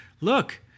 look